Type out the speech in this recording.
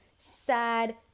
sad